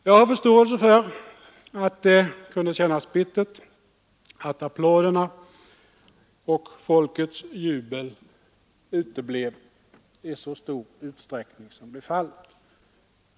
Jag har förståelse för att det kunde kännas bittert att applåderna och folkets jubel uteblev i så stor utsträckning som blev fallet.